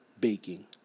baking